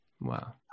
Wow